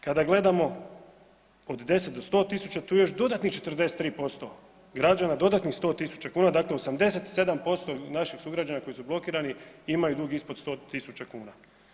Kada gledamo od 10 do 100.000 tu je još dodatnih 43% građana dodatnih 100.000 kuna, dakle 87% naših sugrađana koji su blokirani imaju dug ispod 100.000 kuna.